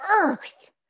earth